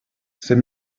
c’est